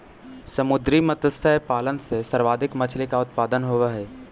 समुद्री मत्स्य पालन से सर्वाधिक मछली का उत्पादन होवअ हई